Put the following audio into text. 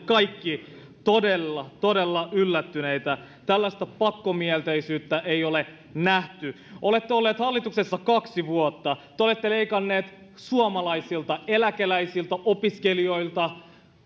kaikki todella todella yllättyneitä tällaista pakkomielteisyyttä ei ole nähty olette olleet hallituksessa kaksi vuotta te olette leikanneet suomalaisilta eläkeläisiltä opiskelijoilta